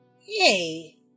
Hey